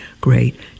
great